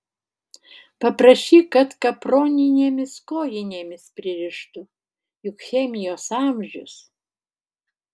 paprašyk kad kaproninėmis kojinėmis pririštų juk chemijos amžius